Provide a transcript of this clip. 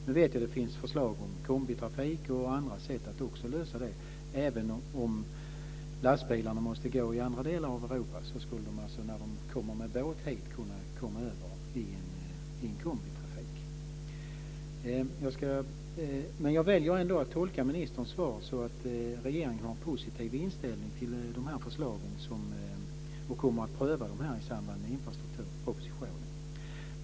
Nu vet jag att det finns förslag om kombitrafik och annat för att lösa det här. Även om lastbilarna måste köra i andra delar av Europa skulle de alltså, när de kommer hit med båt, kunna komma över i en kombitrafik. Jag väljer ändå att tolka ministerns svar så att regeringen har en positiv inställning till de här förslagen och kommer att pröva dem i samband med infrastrukturpropositionen.